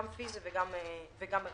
גם פיזית וגם מרחוק,